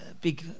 big